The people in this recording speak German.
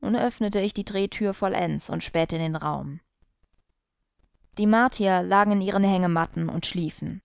öffnete ich die drehtür vollends und spähte in den raum die martier lagen in ihren hängematten und schliefen